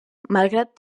malgrat